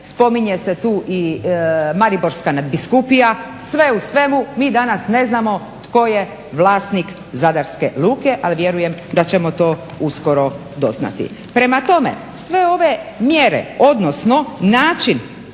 spominje se tu i Mariborska nadbiskupija. Sve u svemu mi danas ne znamo tko je vlasnik Zadarske luke, ali vjerujem da ćemo to uskoro doznati. Prema tome, sve ove mjere, odnosno način